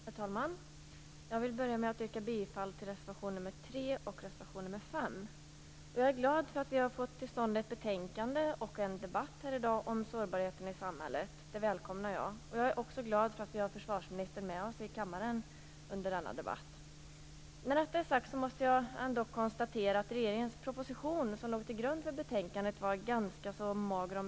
Herr talman! Jag vill börja med att yrka bifall till reservationerna 3 och 5. Jag är glad över att vi har fått till stånd ett betänkande och en debatt i dag om sårbarheten i samhället. Det välkomnar jag. Jag är också glad över att försvarsministern är med i kammaren under denna debatt. När detta är sagt måste jag ändå konstatera att regeringens proposition, som låg till grund för betänkandet, var ganska så mager.